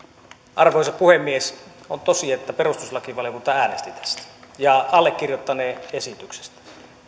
arvoisa puhemies on tosi että perustuslakivaliokunta äänesti tästä ja allekirjoittaneen esityksestä